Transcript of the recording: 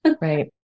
Right